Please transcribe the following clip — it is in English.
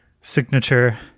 signature